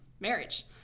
marriage